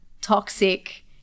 toxic